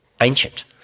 ancient